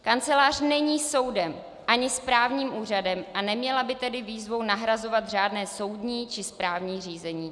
Kancelář není soudem ani správním úřadem a neměla by tedy výzvou nahrazovat řádné soudní či správní řízení.